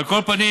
על כל פנים,